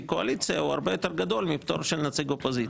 קואליציה הוא הרבה יותר גדול מפטור של אופוזיציה.